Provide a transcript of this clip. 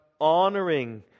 honoring